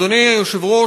אדוני היושב-ראש,